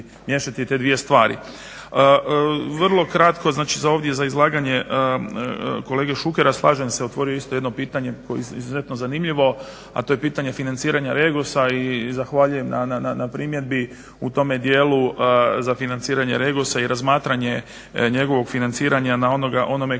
ovdje za izlaganje kolege Šukera slažem se, otvorio je isto jedno pitanje koje je izuzetno zanimljivo, a to je pitanje financiranja REGOS-a i zahvaljujem na primjedbi u tome dijelu za financiranje REGOS-a i razmatranje njegovog financiranja onome kome